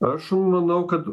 aš manau kad